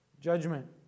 judgment